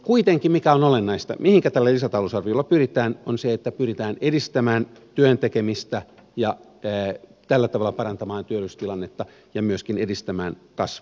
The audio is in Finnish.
kuitenkin se mikä on olennaista mihinkä tällä lisätalousarviolla pyritään on se että pyritään edistämään työn tekemistä ja tällä tavalla parantamaan työllisyystilannetta ja myöskin edistämään kasvua